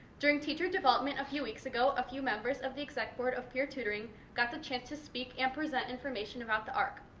during teacher development a few weeks ago, a few members of the exec board of peer tutoring got the chance to speak and present information about the arc.